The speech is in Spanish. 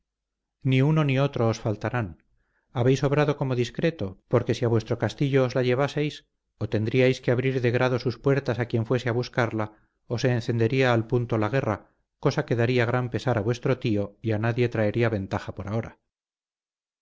ni uno ni otro os faltarán habéis obrado como discreto porque si a vuestro castillo os la llevaseis o tendríais que abrir de grado sus puertas a quien fuese a buscarla o se encendería al punto la guerra cosa que daría gran pesar a vuestro tío y a nadie traería ventaja por ahora